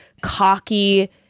cocky